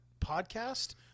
podcast